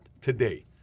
today